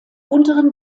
unteren